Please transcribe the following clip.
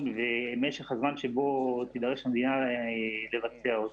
ומשך הזמן שבו תידרש המדינה לבצע אותו